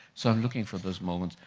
so i'm looking for those moments,